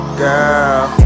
girl